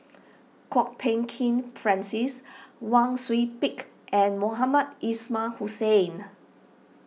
Kwok Peng Kin Francis Wang Sui Pick and Mohamed Ismail Hussain